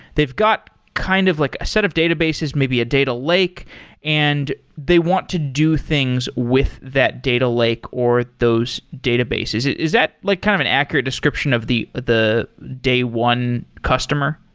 they've got kind of like a set of databases, maybe a data lake and they want to do things with that data lake, or those databases. is that like kind of an accurate description of the the day one customer?